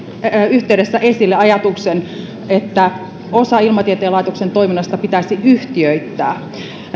yhteydessä esille ajatuksen että osa ilmatieteen laitoksen toiminnasta pitäisi yhtiöittää